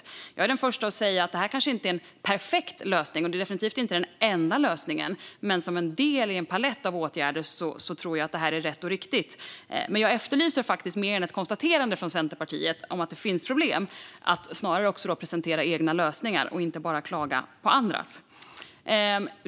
Jag är den första att säga att detta kanske inte är en perfekt lösning. Och det är definitivt inte den enda lösningen, men som en del i en palett av åtgärder tror jag att detta är rätt och riktigt. Men från Centerpartiets sida efterlyser jag mer än ett konstaterande om att det finns problem. Man borde snarare också presentera egna lösningar och inte bara klaga på andras.